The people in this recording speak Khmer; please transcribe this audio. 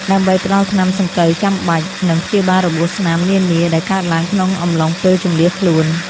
ដើម្បីផ្ដល់ថ្នាំសង្កូវចាំបាច់ និងព្យាបាលរបួសស្នាមនានាដែលកើតឡើងក្នុងអំឡុងពេលជម្លៀសខ្លួន។